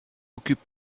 occupent